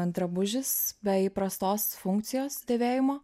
antdrabužis be įprastos funkcijos dėvėjimo